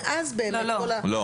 ואז כל --- לא.